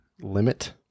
limit